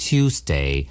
Tuesday